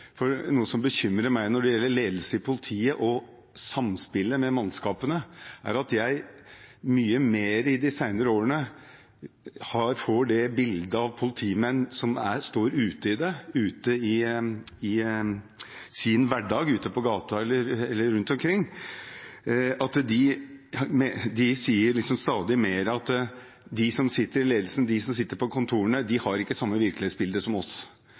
for noe som bekymrer meg når det gjelder ledelse i politiet og samspillet med mannskapene, er at jeg i de senere årene mye mer har fått det bildet at politimenn i sin hverdag, ute på gata eller rundt omkring, stadig mer sier at de som sitter i ledelsen, de som sitter på kontorene, ikke har samme virkelighetsbilde som